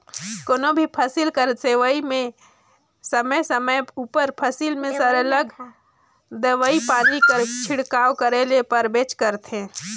कोनो भी फसिल कर लेवई में समे समे उपर फसिल में सरलग दवई पानी कर छिड़काव करे ले परबेच करथे